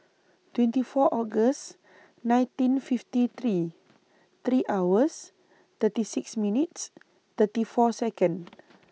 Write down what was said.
twenty four August nineteen fifty three three hours thirty six minutes thirty four Second